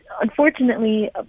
unfortunately